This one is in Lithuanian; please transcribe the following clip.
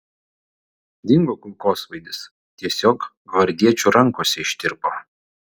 dingo kulkosvaidis tiesiog gvardiečių rankose ištirpo